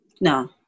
No